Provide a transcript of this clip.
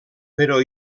però